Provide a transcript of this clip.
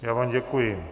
Já vám děkuji.